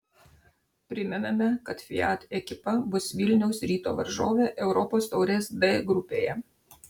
primename kad fiat ekipa bus vilniaus ryto varžovė europos taurės d grupėje